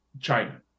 China